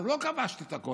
אז לא כבשתי את הכול.